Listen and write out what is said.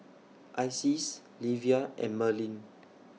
Isis Livia and Merlin